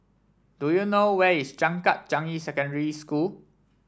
do you know where is Changkat Changi Secondary School